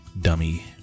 dummy